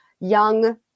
young